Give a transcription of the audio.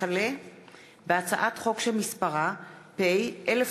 סופה לנדבר,